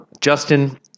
Justin